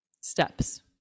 steps